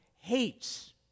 hates